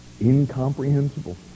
incomprehensible